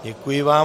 Děkuji vám.